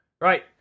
right